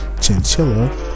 Chinchilla